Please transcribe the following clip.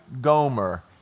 Gomer